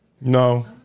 No